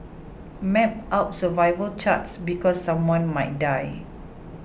map out survival charts because someone might die